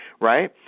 right